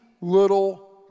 little